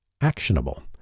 actionable